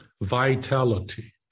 Vitality